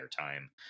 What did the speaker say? time